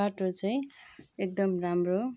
बाटो चाहिँ एकदम राम्रो